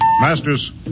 Masters